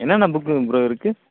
என்னென்னா புக்குங்க ப்ரோ இருக்குது